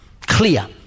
Clear